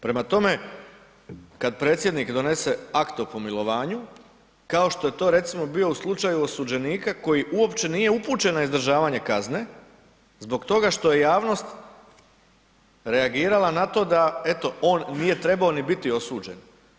Prema tome, kada predsjednik donese akt o pomilovanju, kao što je to recimo bio u slučaju osuđenika koji uopće nije upućen na izdržavanje kazne zbog toga što je javnost reagirala na to da eto on nije trebao ni biti osuđen.